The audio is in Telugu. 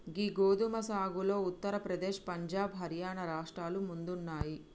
గీ గోదుమ సాగులో ఉత్తర ప్రదేశ్, పంజాబ్, హర్యానా రాష్ట్రాలు ముందున్నాయి